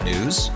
News